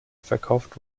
verkauft